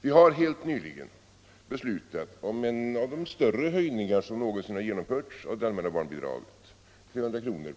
Vi har helt nyligen beslutat om en av de större höjningar som någonsin har gjorts av de allmänna barnbidragen, 300 kr.